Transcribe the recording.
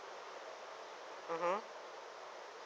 mmhmm